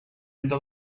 into